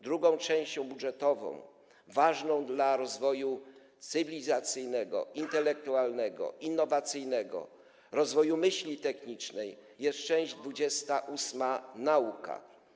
Drugą częścią budżetową ważną dla rozwoju cywilizacyjnego, intelektualnego, innowacyjnego, rozwoju myśli technicznej jest część 28: Nauka.